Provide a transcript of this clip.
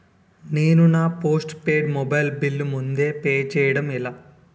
నేను నా postpaid mobile bill ముందే పే చేయడం ఎలా?